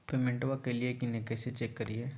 पेमेंटबा कलिए की नय, कैसे चेक करिए?